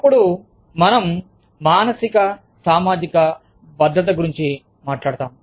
అప్పుడు మనం మానసిక సామాజిక భద్రత గురించి మాట్లాడుతాము